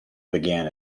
began